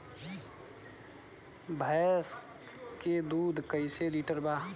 भैंस के दूध कईसे लीटर बा?